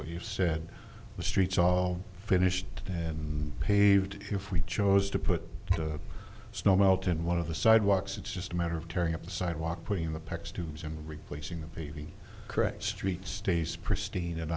what you said the streets all finished and paved you free chose to put the snow melt in one of the sidewalks it's just a matter of tearing up the sidewalk putting the pex tubes and replacing the pv correct streets stays pristine